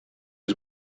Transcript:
was